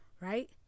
Right